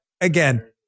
again